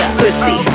pussy